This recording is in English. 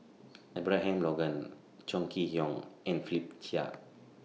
Abraham Logan Chong Kee Hiong and Philip Chia